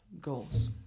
goals